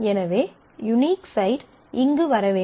எனவே யூனிஃக் சைடு இங்கு வர வேண்டும்